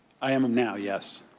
i am am now, yes.